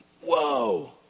Whoa